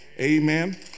amen